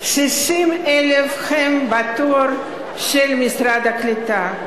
60,000 הם בתור של משרד הקליטה.